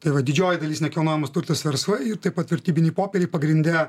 tai va didžioji dalis nekilnojamas turtas verslai ir taip pat vertybiniai popieriai pagrinde